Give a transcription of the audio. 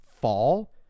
fall